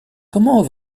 comment